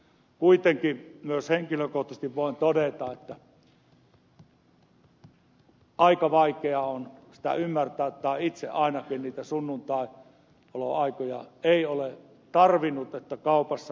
kuitenkin myös henkilökohtaisesti voin todeta että aika vaikea on sitä ymmärtää niitä sunnuntaiaukioloaikoja tai itse ainakaan en ole niitä tarvinnut kaupassa vierailuun